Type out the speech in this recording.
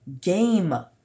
game